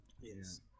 yes